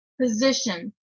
position